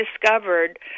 discovered